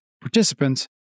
participants